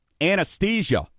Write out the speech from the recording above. anesthesia